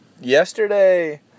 yesterday